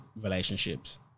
relationships